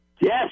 Yes